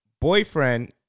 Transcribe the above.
boyfriend